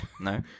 No